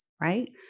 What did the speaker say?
right